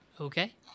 Okay